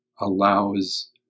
allows